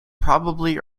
probably